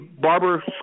barber